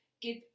give